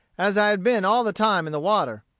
as i had been all the time in the water,